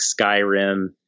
Skyrim